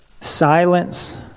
Silence